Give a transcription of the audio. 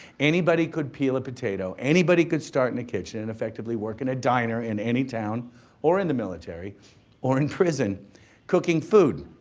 anybody could peel a potato, anybody could start in a kitchen, and effectively work in a diner in any town or in the military or in prison cooking food.